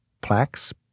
plaques